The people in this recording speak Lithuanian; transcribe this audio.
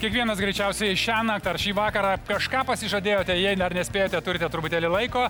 kiekvienas greičiausiai šiąnakt ar šį vakarą kažką pasižadėjote jei dar nespėjote turite truputėlį laiko